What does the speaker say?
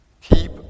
Keep